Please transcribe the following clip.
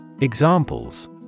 Examples